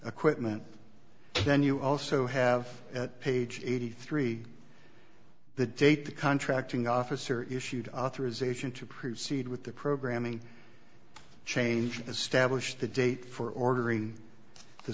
equipment then you also have at page eighty three the date the contracting officer issued authorization to prove seed with the programming change established the date for ordering t